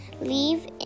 leave